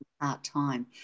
part-time